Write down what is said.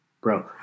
Bro